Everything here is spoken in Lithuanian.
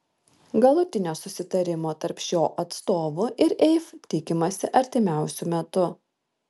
galutinio susitarimo tarp šio atstovų ir eif tikimasi artimiausiu metu